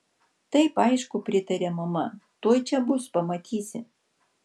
taip aišku pritarė mama tuoj čia bus pamatysi